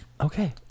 Okay